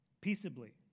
peaceably